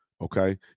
Okay